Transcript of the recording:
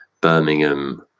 Birmingham